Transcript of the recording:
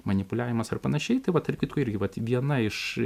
manipuliavimas ar panašiai tai va tarp kitko irgi vat viena iš